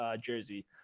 jersey